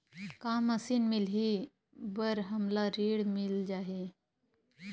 का मशीन मिलही बर हमला ऋण मिल जाही?